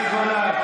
מה אתם שווים בכלל?